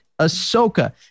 ahsoka